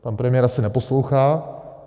Pan premiér asi neposlouchá.